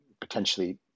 potentially